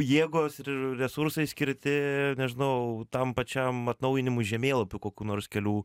jėgos ir resursai skirti nežinau tam pačiam atnaujinimų žemėlapių kokių nors kelių